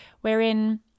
wherein